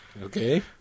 okay